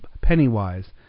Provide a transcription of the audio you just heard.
Pennywise